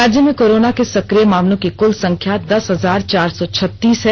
राज्य में कोरोना के सक्रिय मामलों की कुल संख्या दस हजार चार सौ छत्तीस है